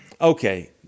okay